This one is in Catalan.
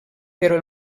però